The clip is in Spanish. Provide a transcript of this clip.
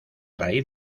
raíz